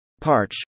parch